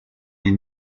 les